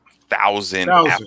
thousand